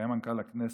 שהיה מנכ"ל הכנסת,